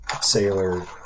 sailor